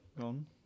Gone